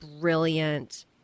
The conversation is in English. brilliant